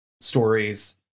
stories